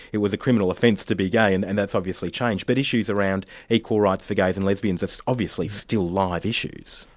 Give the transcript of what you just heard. it was a criminal offence to be gay, and and that's obviously changed. but issues around equal rights for gays and lesbians are obviously still live issues.